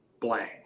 blank